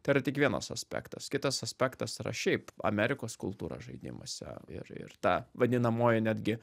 tai yra tik vienas aspektas kitas aspektas yra šiaip amerikos kultūra žaidimuose ir ir ta vadinamoji netgi